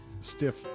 stiff